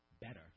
better